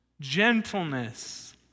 gentleness